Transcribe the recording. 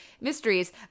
mysteries